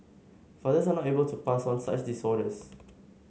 fathers are not able to pass on such disorders